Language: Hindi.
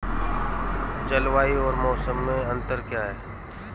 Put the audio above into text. जलवायु और मौसम में अंतर क्या है?